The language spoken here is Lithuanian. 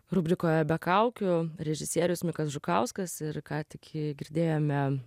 rubrikoje be kaukių režisierius mikas žukauskas ir ką tik girdėjome